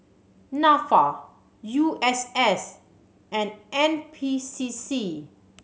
Nafa U S S and N P C C